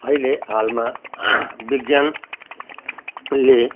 अहिले हालमा विज्ञानले